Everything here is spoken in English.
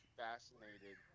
fascinated